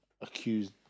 accused